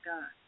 God